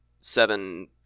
seven